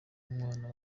umwana